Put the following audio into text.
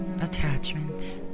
attachment